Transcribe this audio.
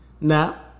Now